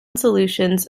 solutions